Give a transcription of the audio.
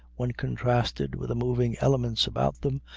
when contrasted with the moving elements about them,